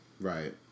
Right